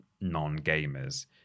non-gamers